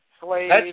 slaves